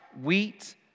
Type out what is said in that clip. wheat